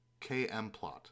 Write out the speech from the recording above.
KMPlot